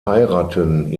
heiraten